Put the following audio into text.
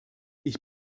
ich